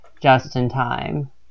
just-in-time